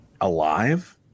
alive